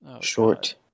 short